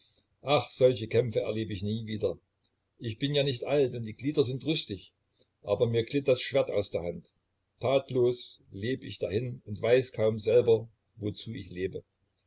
ach solche kämpfe erleb ich nie wieder ich bin ja nicht alt und die glieder sind rüstig aber mir glitt das schwert aus der hand tatlos leb ich dahin und weiß kaum selber wozu ich lebe